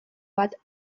bat